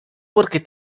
porque